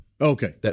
Okay